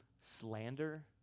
slander